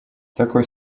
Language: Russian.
такой